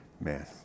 man